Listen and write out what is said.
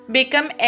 Become